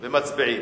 מצביעים.